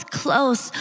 close